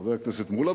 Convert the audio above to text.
וחבר הכנסת מולה,